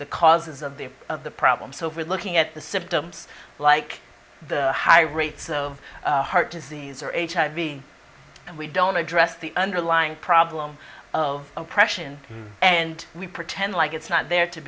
the causes of the of the problem so if we're looking at the symptoms like the high rates of heart disease or hiv and we don't address the underlying problem of oppression and we pretend like it's not there to